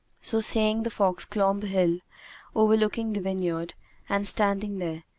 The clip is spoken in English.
so saying the fox clomb a hill overlooking the vineyard and standing there,